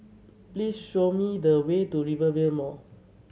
please show me the way to Rivervale Mall